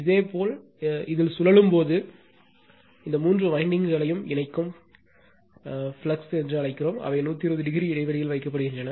இதேபோல் இதில் சுழலும் போது இதேபோல் இந்த மூன்று வயண்டிங்களையும் இணைக்கும் ஃப்ளக்ஸ் என்று அழைக்கிறோம் அவை 120 ஓ இடைவெளியில் வைக்கப்படுகின்றன